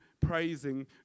praising